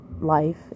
life